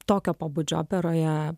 tokio pobūdžio operoje